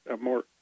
more